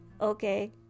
Okay